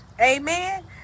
amen